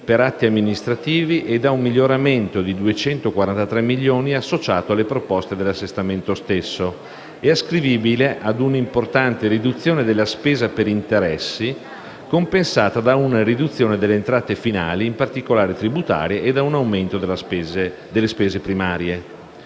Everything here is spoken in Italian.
per atti amministrativi e da un miglioramento di 243 milioni associato alle proposte dell'assestamento stesso e ascrivibile a una importante riduzione della spesa per interessi compensata da una riduzione delle entrate finali (in particolare tributarie) e da un aumento delle spese primarie.